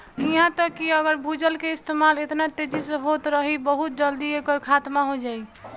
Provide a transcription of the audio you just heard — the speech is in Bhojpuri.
इहा तक कि अगर भूजल के इस्तेमाल एतना तेजी से होत रही बहुत जल्दी एकर खात्मा हो जाई